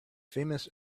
famous